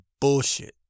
bullshit